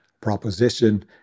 proposition